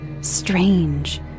Strange